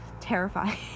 terrifying